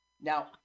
Now